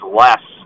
less